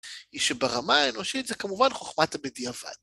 היא שברמה האנושית זה כמובן חוכמת הבדיעבד.